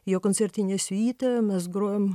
jo koncertinė siuita mes grojom